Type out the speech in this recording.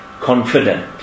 confident